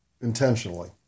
intentionally